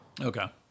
Okay